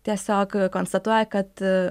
tiesiog konstatuoja kad